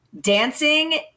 dancing